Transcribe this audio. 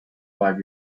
five